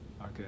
Okay